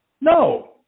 No